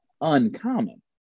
uncommon